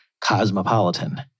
cosmopolitan